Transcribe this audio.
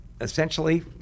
essentially